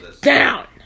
down